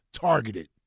targeted